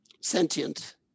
sentient